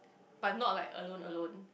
but not like alone alone